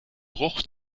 bruch